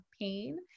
pain